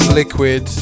liquid